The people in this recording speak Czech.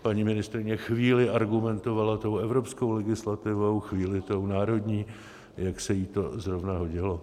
Paní ministryně chvíli argumentovala tou evropskou legislativou, chvíli tou národní, jak se jí to zrovna hodilo.